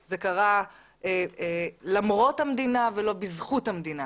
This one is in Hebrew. זה קרה למרות המדינה ולא בזכות המדינה.